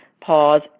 pause